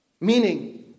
Meaning